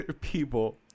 people